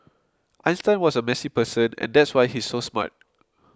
Einstein was a messy person and that's why he's so smart